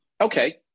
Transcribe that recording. okay